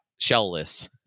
shellless